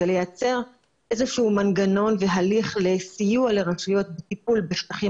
זה לייצר איזה שהוא מנגנון והליך לסיוע לרשויות לטפול בשטחים